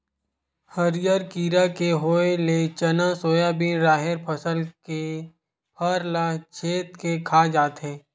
हरियर कीरा के होय ले चना, सोयाबिन, राहेर फसल के फर ल छेंद के खा जाथे